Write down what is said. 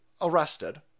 arrested